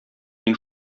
мин